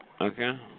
Okay